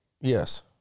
Yes